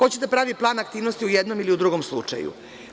Ko će da pravi plan aktivnosti u jednom ili u drugom slučaju?